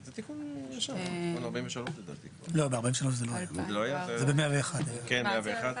הדרך הפשוטה היא להחליט או 50% או להשאיר את